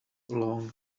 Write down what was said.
along